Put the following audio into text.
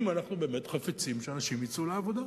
אם אנחנו באמת חפצים שאנשים יצאו לעבודה.